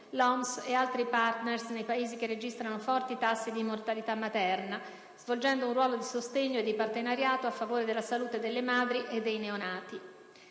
l'OMS e altri *partner* nei Paesi che registrano forti tassi di mortalità materna, svolgendo un ruolo di sostegno e di partenariato a favore della salute delle madri e dei neonati.